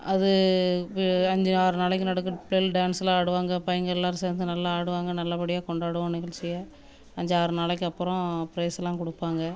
அது வி அஞ்சு ஆறு நாளைக்கு நடக்கும் பிள் டான்ஸ்லாம் ஆடுவாங்க பையன்கெல்லாரும் சேர்ந்து நல்லா ஆடுவாங்க நல்லப்படியாக கொண்டாடுவோம் நிகழ்ச்சிய அஞ்சாறு நாளைக்கு அப்புறோம் ப்ரைஸுலாம் கொடுப்பாங்க